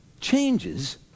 Changes